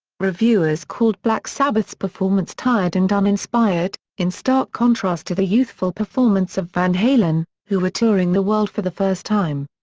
reviewers called black sabbath's performance tired and uninspired, in stark contrast to the youthful performance of van halen, who were touring the world for the first time.